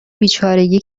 بیچارگی